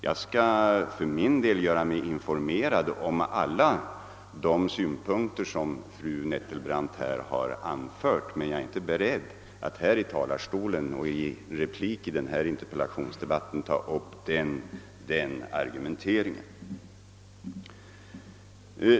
Jag skall göra mig informerad om de förhållanden som fru Nettelbrandt här har anfört, men jag är inte beredd att i denna interpellationsdebatt ta upp argumenteringen.